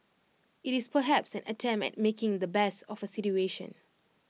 IT is perhaps an attempt at making the best of A situation